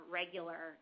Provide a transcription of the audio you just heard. regular